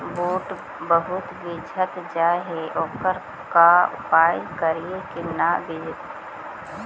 बुट बहुत बिजझ जा हे ओकर का उपाय करियै कि न बिजझे?